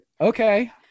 okay